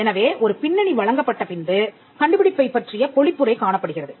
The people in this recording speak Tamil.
எனவே ஒரு பின்னணி வழங்கப்பட்ட பின்பு கண்டுபிடிப்பைப் பற்றிய பொழிப்புரை காணப்படுகிறது